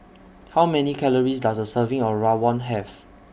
How Many Calories Does A Serving of Rawon Have